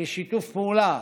של שיתוף פעולה.